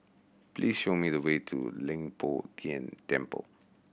please show me the way to Leng Poh Tian Temple